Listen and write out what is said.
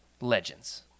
Legends